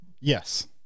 Yes